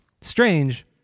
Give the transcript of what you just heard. Strange